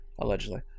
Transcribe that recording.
Allegedly